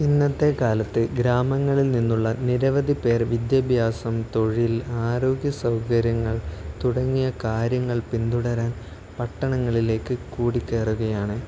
ഇന്നത്തെ കാലത്ത് ഗ്രാമങ്ങളിൽ നിന്നുള്ള നിരവധി പേർ വിദ്യാഭ്യാസം തൊഴിൽ ആരോഗ്യ സൗകര്യങ്ങൾ തുടങ്ങിയ കാര്യങ്ങൾ പിന്തുടരാൻ പട്ടണങ്ങളിലേക്ക് കൂടിക്കയറുകയാണ്